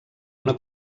una